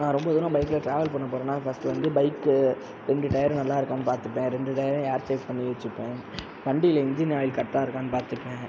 நான் ரொம்ப தூரம் பைக்கில் டிராவல் பண்ணப் போறேன்னா ஃபர்ஸ்ட் வந்து பைக்கு ரெண்டு டயரும் நல்லா இருக்கான்னு பார்த்துப்பேன் ரெண்டு டயரும் ஏர் செக் பண்ணி வச்சுப்பேன் வண்டியில் இன்ஜின் ஆயில் கரெட்டாக இருக்கான்னு பார்த்துப்பேன்